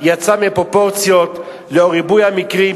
ולא אמרתי פה לא מושב ולא קיבוץ,